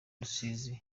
rusizi